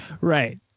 Right